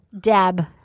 Deb